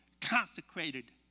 consecrated